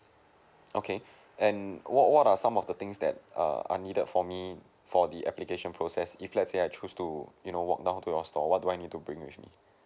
okay and what what are some of the things that err are needed for me for the application process if let's say I choose to you know walk down to your store what do I need to bring with me